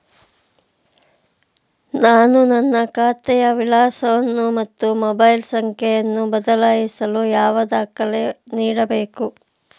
ನಾನು ನನ್ನ ಖಾತೆಯ ವಿಳಾಸವನ್ನು ಮತ್ತು ಮೊಬೈಲ್ ಸಂಖ್ಯೆಯನ್ನು ಬದಲಾಯಿಸಲು ಯಾವ ದಾಖಲೆ ನೀಡಬೇಕು?